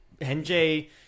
NJ